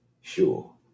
sure